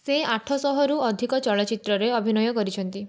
ସେ ଆଠଶହରୁ ଅଧିକ ଚଳଚ୍ଚିତ୍ରରେ ଅଭିନୟ କରିଛନ୍ତି